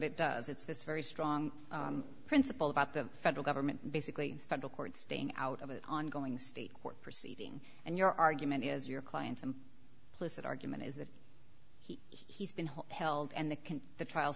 it does it's this very strong principle about the federal government basically federal court staying out of an ongoing state court proceeding and your argument is your client's in place that argument is that he's been held and the can the trials